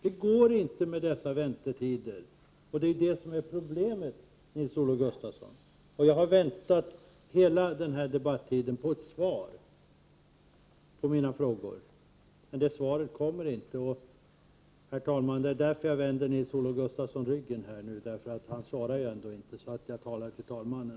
Det går inte med dessa väntetider, och det är det som är problemet, Nils-Olof Gustafsson. Prot. 1988/89:99 Jag har under hela denna debatt väntat på svar på mina frågor. Men dethar 19 april 1989 inte kommit några svar — det är därför, herr talman, som jag vänder Nils-Olof Gustafsson ryggen. Han svarar ju ändå inte, så därför talar jag till talmannen